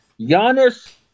Giannis